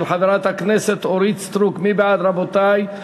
של חברת הכנסת אורית סטרוק, מי בעד, רבותי?